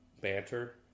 banter